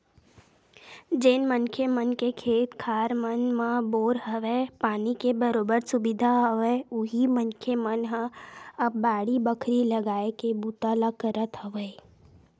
जेन मनखे मन के खेत खार मन म बोर हवय, पानी के बरोबर सुबिधा हवय उही मनखे मन ह अब बाड़ी बखरी लगाए के बूता ल करत हवय